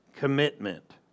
Commitment